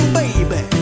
baby